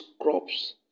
crops